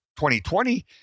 2020